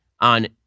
on